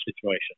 situation